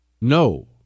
No